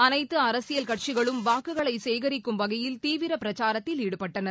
அனைத்து அரசியல் கட்சிகளும் வாக்குகளை சேகரிக்கும் வகையில் தீவிர பிரக்சாரத்தில் ஈடுபட்டனர்